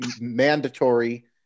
mandatory